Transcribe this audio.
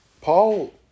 Paul